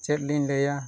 ᱪᱮᱫ ᱞᱤᱧ ᱞᱟᱹᱭᱟ